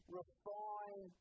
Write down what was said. refine